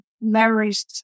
memories